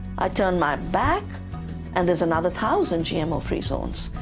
i turn my back and there's another thousand gmo-free zones,